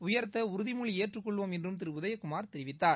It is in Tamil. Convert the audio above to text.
உயர்த்த உறுதிமொழி ஏற்றுக்கொள்வோம் என்றும் திரு உதயகுமார் தெரிவித்தார்